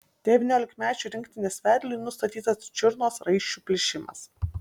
devyniolikmečių rinktinės vedliui nustatytas čiurnos raiščių plyšimas